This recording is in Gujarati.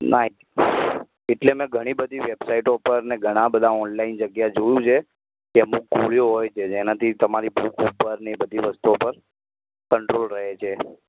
ના એટલે મેં ઘણી બધી વૅબસાઇટો ઉપરને ઘણાં બધાં ઑનલાઇન જગ્યાએ જોયું છે કે અમુક ગોળીઓ હોય છે જેનાથી તમારી ભૂખ ઉપર અને એ બધી વસ્તુઓ ઉપર કંટ્રોલ રહે છે